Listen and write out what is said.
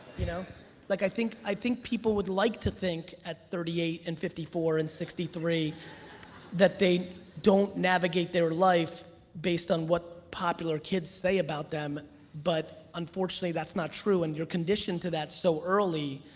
you know like i think i think people would like to think at thirty eight and fifty four and sixty three that they don't navigate their life based on what popular kids say about them but unfortunately, that's not true and you're conditioned to that so early.